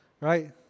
right